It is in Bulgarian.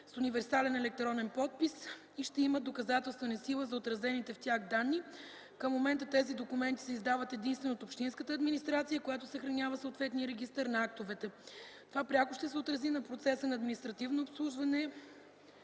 с универсален електронен подпис и ще имат доказателствена сила за отразените в тях данни. Към момента тези документи се издават единствено от общинската администрация, която съхранява съответния регистър на актовете. Това пряко ще се отрази на процеса на административно обслужване